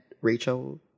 Rachel